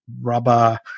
rubber